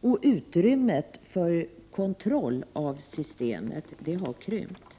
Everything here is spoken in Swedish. och utrymmet för kontroll av systemet har krympt.